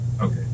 Okay